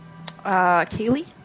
Kaylee